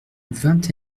vingt